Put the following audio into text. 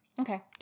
Okay